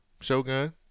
Shogun